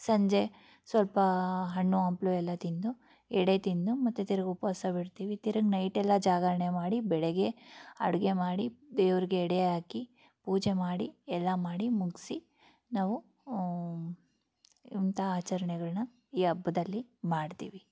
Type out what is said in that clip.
ಸಂಜೆ ಸ್ವಲ್ಪ ಹಣ್ಣು ಹಂಪಲು ಎಲ್ಲ ತಿಂದು ಎಡೆ ತಿಂದು ಮತ್ತು ತಿರ್ಗ ಉಪವಾಸ ಬಿಡ್ತೀವಿ ತಿರ್ಗ ನೈಟ್ ಎಲ್ಲ ಜಾಗರಣೆ ಮಾಡಿ ಬೆಳಗ್ಗೆ ಅಡುಗೆ ಮಾಡಿ ದೇವ್ರಿಗೆ ಎಡೆ ಹಾಕಿ ಪೂಜೆ ಮಾಡಿ ಎಲ್ಲ ಮಾಡಿ ಮುಗಿಸಿ ನಾವು ಇಂಥ ಆಚರಣೆಗಳನ್ನ ಈ ಹಬ್ಬದಲ್ಲಿ ಮಾಡ್ತೀವಿ